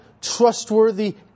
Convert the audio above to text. trustworthy